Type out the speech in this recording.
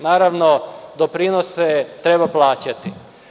Naravno, doprinose treba plaćati.